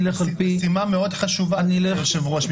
זו משימה מאוד חשובה, אדוני היושב-ראש.